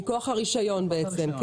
מכוח הרישיון בעצם.